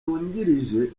wungirije